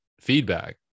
feedback